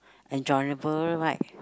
enjoyable right